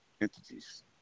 entities